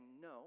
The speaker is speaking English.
no